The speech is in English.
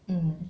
mm